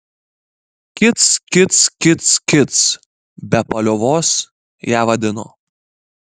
kic kic kic kic be paliovos ją vadino